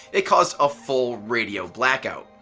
it caused a full radio blackout.